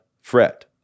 fret